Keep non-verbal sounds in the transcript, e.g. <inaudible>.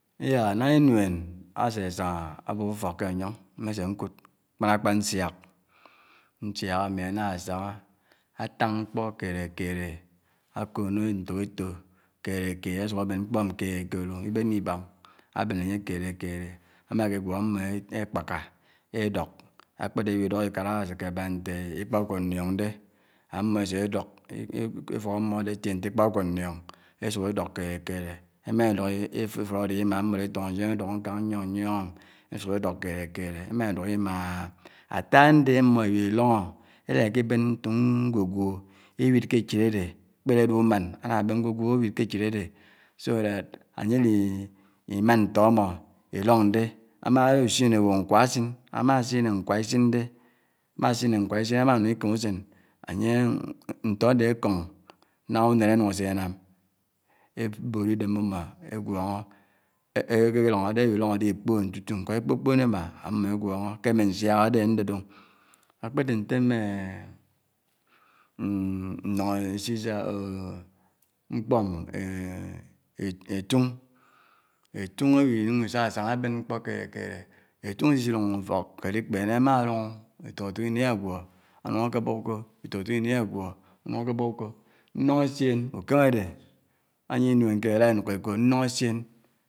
Iyaah! Nà inuèn ásè sángà ábub ufòk kè ányóng mmèsè nkud. kpán-ákpán nsiak. Nsiák ámi áná sángá àtàng mkpó kèdè-kèdè. akònò ntók étò. kèdè kèdè. asuk aben mkpó kèdè-kèdè o ibènnè ibá ò. ábèn ányè kèdè kèdè ámáké gwó ámmò ékpákà. édòk. ákpèdè èbi dòk ékàd asèkè bà ntè ikpà-ukòd nliòng dé ámmò èsè dòk. éfòk ámmò ádè átiè ntè ikpà-ukód nlìòng èsùk èdòk kèdè kèdè. émà dók éfud ádè émà ámmò èfunuòb ndien èdòk nkáng nyón’m. esuk édòk kèdé kèdè èmá dòk imana. átá ndé ámmò ébihi lòngò. édá ikibén ntok ngwugwu èbid kè èchid ádè kpédé ádè umàn ánábén ngwugwu ábid kè échid ádè so that ányè áli imaan ntò ámò ilòng dè. ama lòsine lo nkwa anye asin. ámáisinè nkwa isin de. ama isine nkwa isin ámánung ikém usén ányè <hesitation> ntó ádè èkòngò nà unen ánuk ásè nám. èbuòd idèm mmèmò egwòngò. <hesitation> èlòngò dè. èbilòngò dè ikpòn tutu. nkó èkpòkpòn émà. ámmò ègwòngòbkè ámè nsiak àdè ándè dè o. Ákpèdè ntè ámè <hesitation> <hesitation> mkpòm <hesitation> ètung ètung ábinyung isàsàngà ábènmkpò kèdè kèdè. ètung isidungò ufòk kèd ikpènè. ámálòng èfokètòk ini ágwó ánuk ákè bòb ukò. etòk ètòk ini agwò ánuk bob ukò. Nung èssièn ukèm ádè, ənitèbinuèn kèd ádá énukò èkód nung èssièn.